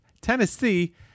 Tennessee